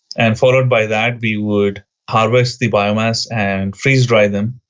and followed by that we would harvest the biomass and freeze-dry them.